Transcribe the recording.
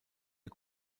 der